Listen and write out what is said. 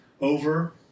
over